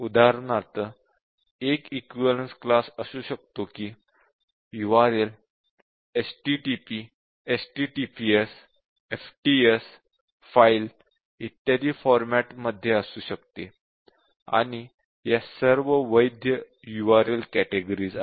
उदाहरणार्थ एक equivalence class असू शकतो कि URL http https ftp file इत्यादी फॉरमॅट मध्ये असू शकते आणि या सर्व वैध URL कॅटेगरीज आहेत